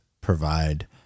provide